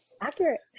Accurate